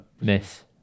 Miss